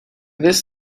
this